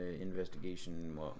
investigation